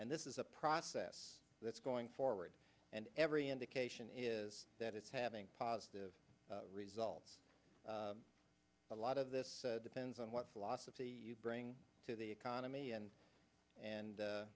and this is a process that's going forward and every indication is that it's having positive results a lot of this depends on what philosophy you bring to the economy and and